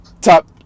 Top